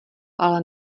ale